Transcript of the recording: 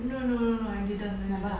no no no no no I didn't I